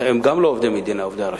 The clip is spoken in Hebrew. עובדי רשויות אינם עובדי מדינה.